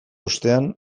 ostean